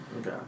Okay